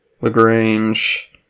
Lagrange